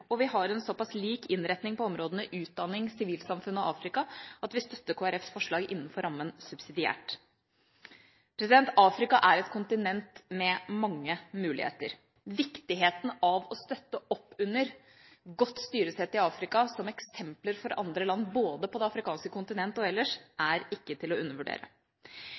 og vi har en såpass lik innretning på områdene utdanning, sivilsamfunn og Afrika, at vi støtter Kristelig Folkepartis forslag innenfor rammen subsidiært. Afrika er et kontinent med mange muligheter. Viktigheten av å støtte opp under godt styresett i Afrika som eksempler for andre land både på det afrikanske kontinent og ellers, er ikke til å undervurdere.